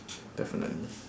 definitely